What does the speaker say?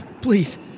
Please